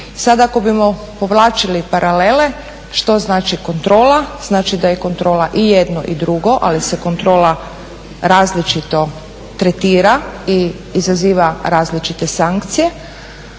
sada ako bimo povlačili paralele što znači kontrola, znači da je kontrola i jedno i drugo, ali se kontrola različito tretira i izaziva različite sankcije.